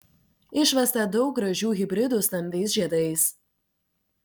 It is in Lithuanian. išvesta daug gražių hibridų stambiais žiedais